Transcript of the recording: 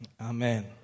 Amen